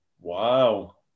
Wow